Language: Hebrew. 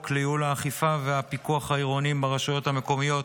לייעול האכיפה והפיקוח העירוניים ברשויות המקומיות,